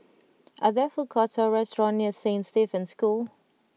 are there food courts or restaurants near Saint Stephen's School